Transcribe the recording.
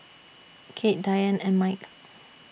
Kade Diane and Mike